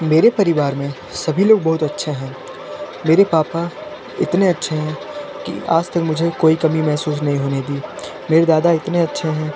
मेरे परिवार में सभी लोग बहुत अच्छे हैं मेरे पापा इतने अच्छे हैं कि आज तक मुझे कोई कमी महसूस नहीं होने दी मेरे दादा इतने अच्छे हैं